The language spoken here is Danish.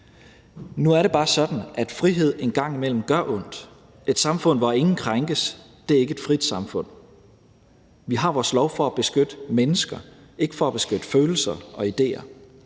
Nu er det bare sådan, at frihed en gang imellem gør ondt. Et samfund, hvor ingen krænkes, er ikke et frit samfund. Vi har vores lov for at beskytte mennesker, ikke for at beskytte følelser og idéer.